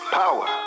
power